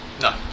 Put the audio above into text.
No